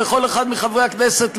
לכל אחד מחברי הכנסת,